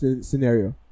scenario